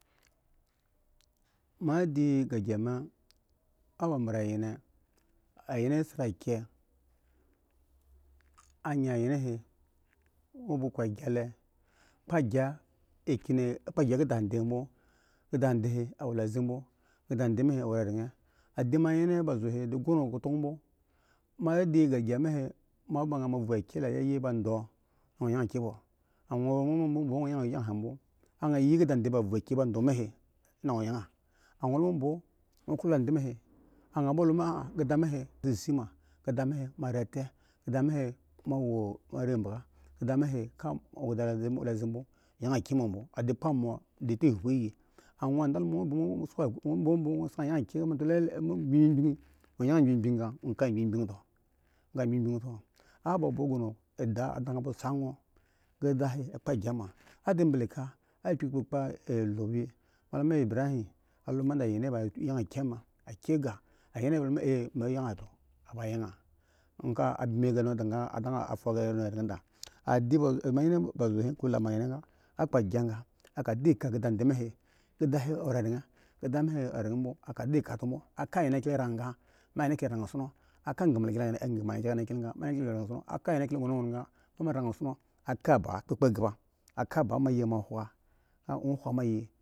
Mo ya diyi ga gya mi awo ba mbra angen angen sra a kye a sa inki keda bmo keda he awo lale bmo ya kpo kya keda mi he awo reren a da ma nyen ba za he di ghon kolono bmo mo ya di yi ga gya mi he mo vu kye kpa kiren shi ba dwo wo yana kye bwo angy mi bmo mi keda mo sisi ma mo ri ate ko edga yga yi keda ba lomi da wo kpo a kye ma keda mi mo wo mo mo ande lize bmo a di kpo mo yang kye mo bmo a di tihubu a lemo wa adalomo lo mi bwo bwo wo sang yang akye lele mgbi ga wo ka mgbi to abwo ghon ada adan bwo sa wo keda kpo agya akye ma a di ble ko ibrahim a loma da anyen ajan yan akye mi akye ga anyen come a me yang ba yand a mi ganu audan a me yand ba yang a bmi ganu andan fa kanu reren da adi monyen ba zo he a kpo agya ge a diko monyen ba zo he a kpo agya ge a diko keda a mi ba keda me a wo reren keda mi aw raren a vadi ka a ka anyen kyde ba rang ga mi aka ba agma li viga la mayi ba khula.